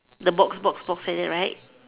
the box box box like that right